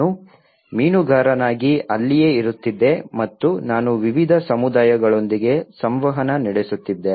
ನಾನು ಮೀನುಗಾರನಾಗಿ ಅಲ್ಲಿಯೇ ಇರುತ್ತಿದ್ದೆ ಮತ್ತು ನಾನು ವಿವಿಧ ಸಮುದಾಯಗಳೊಂದಿಗೆ ಸಂವಹನ ನಡೆಸುತ್ತಿದ್ದೆ